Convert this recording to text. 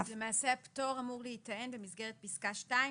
למעשה הפיטור אמור להיטען במסגרת פסקה (2),